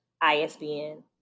ISBN